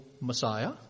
Messiah